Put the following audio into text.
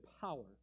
power